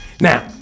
Now